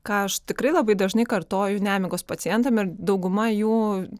ką aš tikrai labai dažnai kartoju nemigos pacientam ir dauguma jų